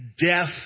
death